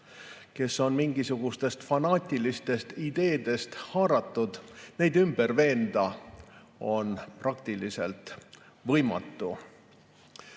kes on mingisugustest fanaatilistest ideedest haaratud, ümber veenda on praktiliselt võimatu.